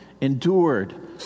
endured